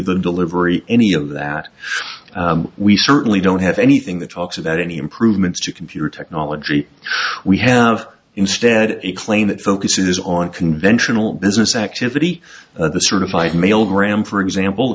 the delivery any of that we certainly don't have anything that talks about any improvements to computer technology we have instead a claim that focuses on conventional business activity the certified mail gram for example